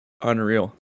unreal